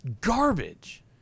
garbage